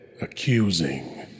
accusing